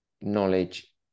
knowledge